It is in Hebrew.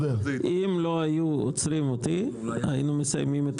לא היו עוצרים אותי היינו מסיימים את